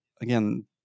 again